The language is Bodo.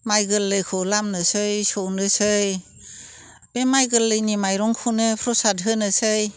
माइ गोरलैखौ लामनोसै सौनोसै बे माइ गोरलैनि माइरंखौनो प्रसाद होनोसै